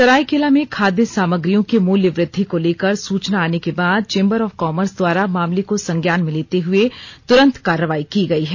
सरायकेला में खाद्य सामग्रियों के मूल्य वृद्धि को लेकर सूचना आने के बाद चेंबर ऑफ कॉमर्स द्वारा मामले को संज्ञान में लेते हुए तुरंत कार्रवाई की गई है